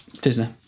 Disney